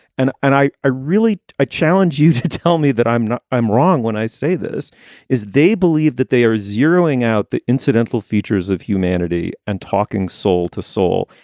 and and i i really i challenge you to tell me that i'm not i'm wrong when i say this is they believe that they are zeroing out the incidental features of humanity and talking soul to soul.